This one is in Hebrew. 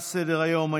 תם סדר-היום.